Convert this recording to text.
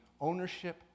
ownership